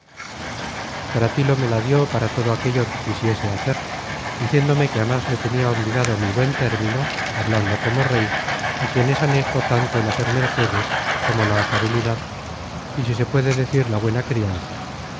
cratilo me la dió para todo aquello que quisiese hacer diciéndome que á más le tenia obligado mi buen término hablando como rey á quien es anejo tanto el hacer mercedes como la afabilidad y si se puede decir la buena crianza